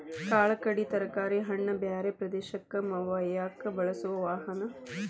ಕಾಳ ಕಡಿ ತರಕಾರಿ ಹಣ್ಣ ಬ್ಯಾರೆ ಪ್ರದೇಶಕ್ಕ ವಯ್ಯಾಕ ಬಳಸು ವಾಹನಾ